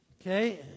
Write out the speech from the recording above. Okay